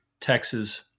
Texas